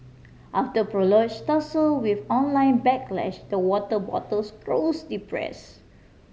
after prolonged tussle with online backlash the water bottles grows depress